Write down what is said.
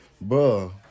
Bro